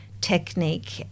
technique